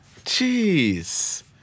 Jeez